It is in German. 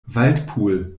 waldpool